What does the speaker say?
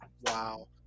Wow